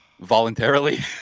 Voluntarily